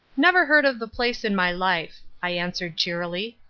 never heard of the place in my life, i answered cheerily.